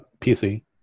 PC